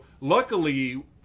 luckily